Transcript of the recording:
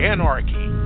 Anarchy